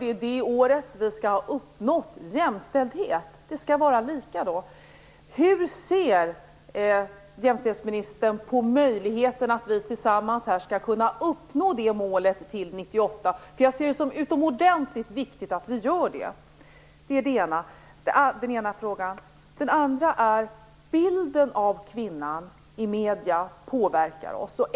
Det året skall vi ha uppnått jämställdhet. Hur ser jämställdhetsministern på möjligheten att vi tillsammans skall kunna uppnå målet till 1998? Det är utomordentligt viktigt att vi gör det. Det var den ena frågan. Den andra frågan gäller bilden av kvinnan i medierna.